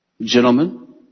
Gentlemen